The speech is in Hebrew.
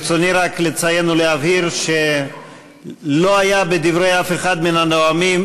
ברצוני רק לציין ולהבהיר שלא היה בדברי אף אחד מהנואמים